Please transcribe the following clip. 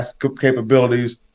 capabilities